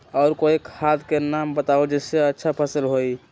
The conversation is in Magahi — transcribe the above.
और कोइ खाद के नाम बताई जेसे अच्छा फसल होई?